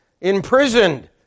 imprisoned